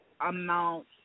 amount